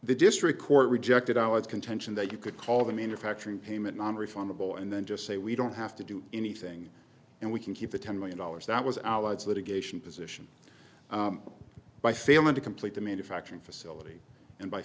the district court rejected all its contention that you could call the manufacturing payment nonrefundable and then just say we don't have to do anything and we can keep the ten million dollars that was our odds litigation position by failing to complete the manufacturing facility and b